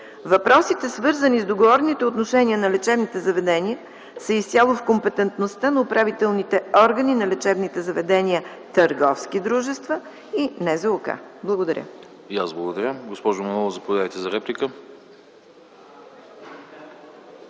Въпросите, свързани с договорните отношения на лечебните заведения, са изцяло в компетентността на управителните органи на лечебните заведения – търговски дружества и Националната